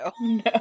No